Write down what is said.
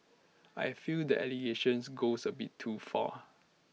I fear that allegations goes A bit too far